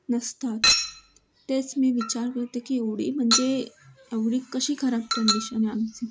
नसतात तेच मी विचार करते की एवढी म्हणजे एवढी कशी खराब कंडिशन आहे आमची